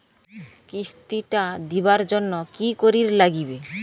কিস্তি টা দিবার জন্যে কি করির লাগিবে?